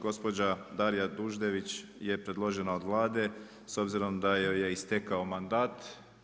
Gospođa Darija Duždević je predložena od Vlade s obzirom da joj je istekao mandat.